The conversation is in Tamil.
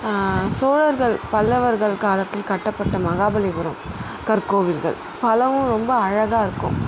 சோழர்கள் பல்லவர்கள் காலத்தில் கட்டப்பட்ட மகாபலிபுரம் கற்கோவில்கள் பலவும் ரொம்ப அழகா இருக்கும்